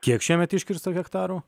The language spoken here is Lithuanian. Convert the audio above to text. kiek šiemet iškirsta hektarų